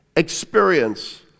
Experience